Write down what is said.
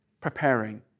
preparing